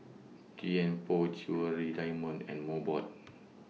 Tianpo Jewellery Diamond and Mobot